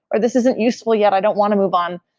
or this isn't useful yet, i don't want to move on.